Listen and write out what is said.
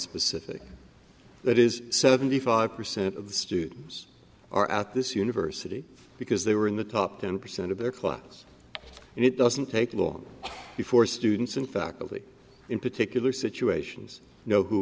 specific that is seventy five percent of the students are at this university because they were in the top ten percent of their class and it doesn't take long before students and faculty in particular situations know who